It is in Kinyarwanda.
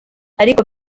ariko